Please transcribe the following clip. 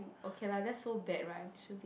okay lah that's so bad right i'm choosing